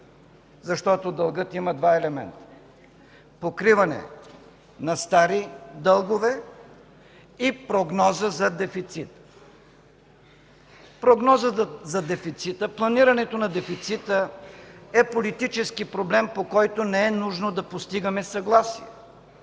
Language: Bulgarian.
защото дългът има два елемента – покриване на стари дългове и прогноза за дефицит. Прогнозата за дефицит, планирането на дефицита е политически проблем, по който не е нужно да постигаме съгласие.